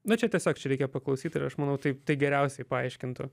nu čia tiesiog čia reikia paklausyt ir aš manau taip tai geriausiai paaiškintų